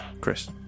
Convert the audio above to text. Chris